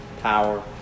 power